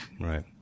right